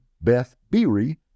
Beth-Biri